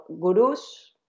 gurus